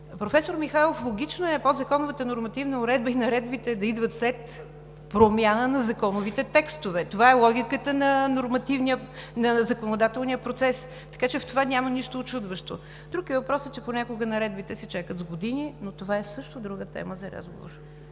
Професор Михайлов, логично е подзаконовата нормативна уредба и наредбите да идват след промяна на законовите текстове. Това е логиката на законодателния процес. Така че в това няма нищо учудващо. Друг е въпросът, че понякога наредбите се чакат с години, но това е също друга тема за разговор.